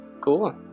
Cool